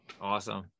Awesome